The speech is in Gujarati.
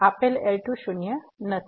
આપેલ L2 શૂન્ય નથી